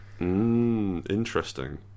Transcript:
Interesting